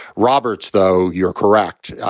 roberts, though you're correct,